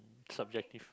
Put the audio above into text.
subjective